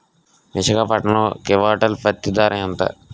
విశాఖపట్నంలో క్వింటాల్ పత్తి ధర ఎంత?